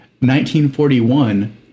1941